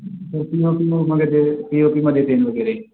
ते P O P O मध्ये P O पीमध्ये ते वगैरे